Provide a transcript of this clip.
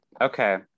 Okay